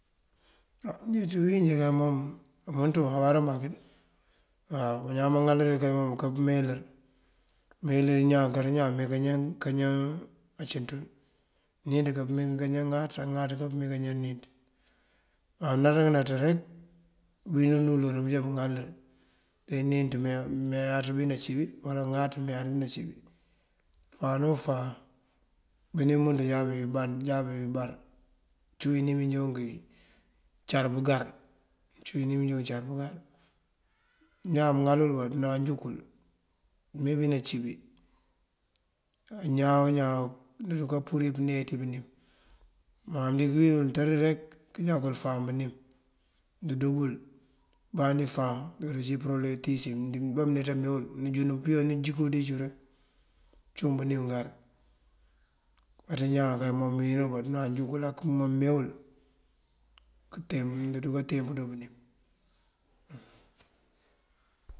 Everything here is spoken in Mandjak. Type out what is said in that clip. Á njí ţí uwínjí kay mom wumënţ wuŋ awará mak dí waw. Bañaan baŋalër bíki mom buka pëmeeyëlër. Pëmeeyëlër ñaan kara ñaan nëmee kañan acinţul níinţ aká pëmee kañan ŋáaţ, á ŋáaţ kapëmee níinţ. Má mënaţa kënaţa rek bëwínar unú uloolan bëjá buŋalër te níinţ meeyáaţ bí nací bí ŋáaţ meeyáaţ bí nací bí fáan o fáan bënim bëmënţ buŋ jáaţ bëbí band, jáaţ bëbí band. Cúun inim mí ndoonk icar pëŋar, cúun inim indoonk icar pëŋar. Ñaan mëŋalul bá dunan júkul pëmee bí nací bí ñaan o ñaan ndëruka purir pëneej ţí bënim. Má mëndiŋ wínul nţari rek këjákul fáan bënim ndëdoo bul. Ubandi fáan uruka cí ipërobëlëm itíis yuŋ bamëneţe mee wul nëjund pëpibanu jiko dícul, cúun bënim ŋar. Kaţí ñaan kay mom mëwín nul bá duna júkul áa mënkëma meewul këteen ndëruka teen pëdoo bënim.